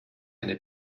eine